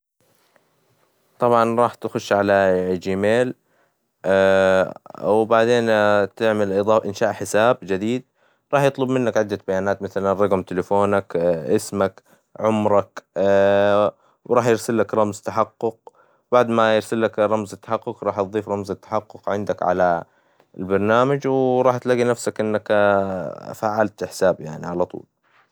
طبعاً راح تخش على جيميل ، وبعدين تعمل إنشاء حساب جديد راح يطلب منك عدة بيانات مثلا رقم تلفونك أسمك عمرك وراح يرسلك رمز تحقق ، بعد ما يرسلك رمز تحقق راح تظيف رمز التحقق عندك على البرنامج وتلاقى نفسك فعلت الحساب يعنى علطول.